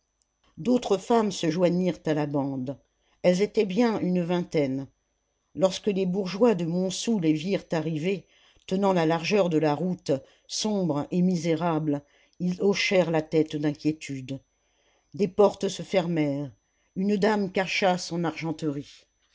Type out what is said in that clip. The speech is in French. d'autres femmes se joignirent à la bande elles étaient bien une vingtaine lorsque les bourgeois de montsou les virent arriver tenant la largeur de la route sombres et misérables ils hochèrent la tête d'inquiétude des portes se fermèrent une dame cacha son argenterie